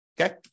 okay